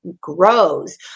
grows